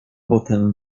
potem